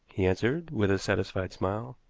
he answered, with a satisfied smile.